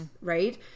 right